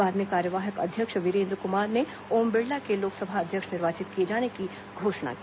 बाद में कार्यवाहक अध्यक्ष वीरेन्द्र कुमार ने ओम बिड़ला के लोकसभा अध्यक्ष निर्वाचित किए जाने की घोषणा की